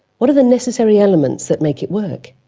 what are the necessary elements that make it work?